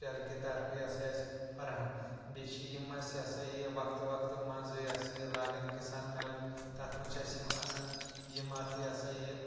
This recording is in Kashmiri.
کہِ طرفہٕ یہِ ہسا فراہَم بیٚیہِ چھِ یِم اَسہِ یہِ ہسا یہِ وقتہٕ وقتہٕ منٛزٕ یہِ ہسا یہِ لاگَن کِسان میلہٕ تَتھ منٛز چھِ اَسہِ یِم اَنان یِم اَتھ یہِ سا یہِ